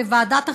בוועדת החינוך,